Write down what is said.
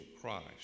Christ